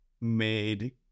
made